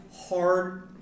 hard